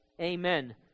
Amen